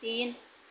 तीन